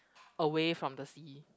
away from the sea